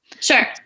Sure